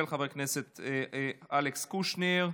של חבר הכנסת אלכס קושניר.